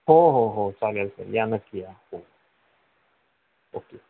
हो हो हो चालेल चालेल या नक्की या हो ओके